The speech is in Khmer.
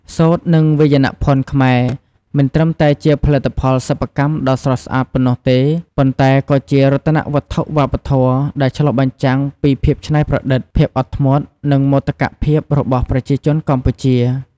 សូត្រ និងវាយនភ័ណ្ឌខ្មែរ មិនត្រឹមតែជាផលិតផលសិប្បកម្មដ៏ស្រស់ស្អាតប៉ុណ្ណោះទេ ប៉ុន្តែក៏ជា រតនវត្ថុវប្បធម៌ ដែលឆ្លុះបញ្ចាំងពីភាពច្នៃប្រឌិត ភាពអត់ធ្មត់ និងមោទកភាពរបស់ប្រជាជនកម្ពុជា។